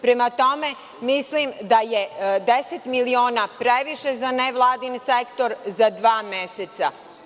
Prema tome, mislim da je 10 miliona previše za nevladin sektor za dva meseca.